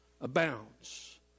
abounds